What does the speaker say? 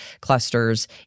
clusters